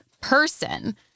person